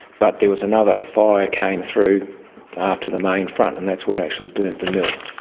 but there was another fire came through after the main front and that's what actually burnt the mill.